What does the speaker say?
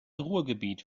ruhrgebiet